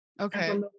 okay